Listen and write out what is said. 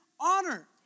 honor